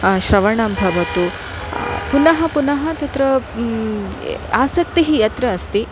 श्रवणं भवतु पुनः पुनः तत्र आसक्तिः यत्र अस्ति